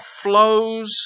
flows